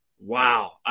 Wow